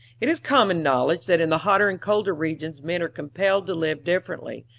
it is common knowledge that in the hotter and colder regions men are compelled to live differently,